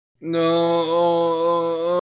No